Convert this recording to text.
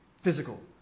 physical